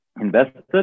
invested